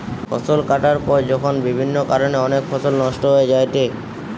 ফসল কাটার পর যখন বিভিন্ন কারণে অনেক ফসল নষ্ট হয়ে যায়েটে